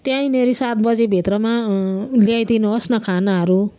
त्यहीँनिर सात बजीभित्रमा ल्याइदिनु होस् न खानाहरू